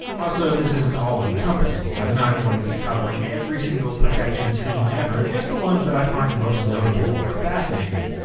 also, this isn't all-encompassing, i'm not going to be covering every single protection scheme ever, just the ones that i find most notable or fascinating.